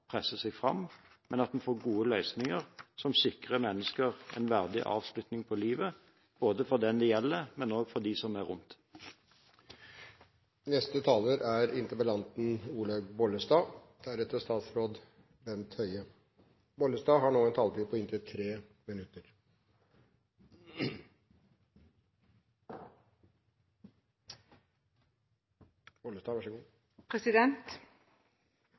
presser seg fram, men derimot får gode løsninger, som sikrer mennesker en verdig avslutning på livet – gode løsninger for den det gjelder, men også for dem som står rundt. Det er